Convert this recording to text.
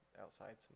outside